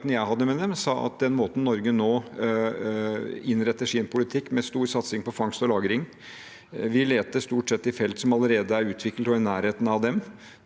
jeg hadde med dem, sa de at den måten Norge nå innretter sin politikk på – med stor satsing på fangst og lagring og at vi stort sett leter i felt som allerede er utviklet, og i nærheten av dem